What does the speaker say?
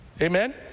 Amen